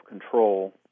control